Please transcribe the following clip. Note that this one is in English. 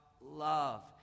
love